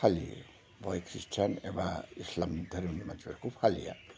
फालियो बेखौ ख्रिस्थियान एबा इस्लाम धोरोमनि मानसिफोरा बेखौ फालिया